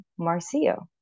Marcio